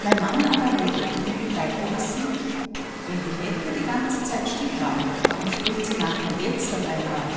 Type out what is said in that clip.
mein mann aber redet und will weiter wissen wenn die mette die ganze zeit still war warum spricht sie nachher jetzt auf einmal